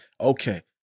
Okay